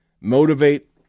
motivate